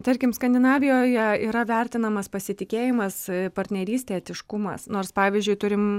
tarkim skandinavijoje yra vertinamas pasitikėjimas partnerystė etiškumas nors pavyzdžiui turim